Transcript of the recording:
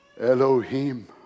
Elohim